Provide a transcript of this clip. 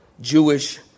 Jewish